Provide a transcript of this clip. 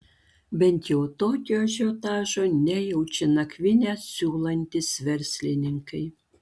bent jau tokio ažiotažo nejaučia nakvynę siūlantys verslininkai